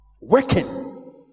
Working